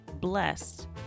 blessed